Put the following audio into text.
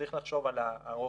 צריך לחשוב על הארוך-טווח.